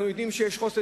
אנחנו יודעים שיש חוסר.